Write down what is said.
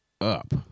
up